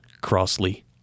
Crossley